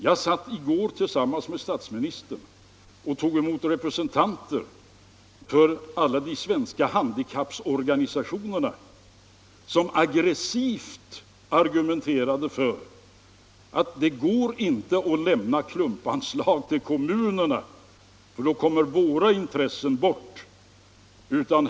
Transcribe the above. Jag satt i går tillsammans med statsministern och tog emot representanter för alla de svenska handikapporganisationerna, som aggressivt argumenterade för att det inte går att lämna klumpanslag till kommunerna, för då kommer våra intressen bort.